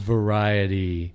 Variety